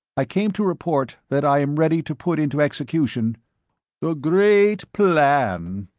i came to report that i am ready to put into execution the great plan!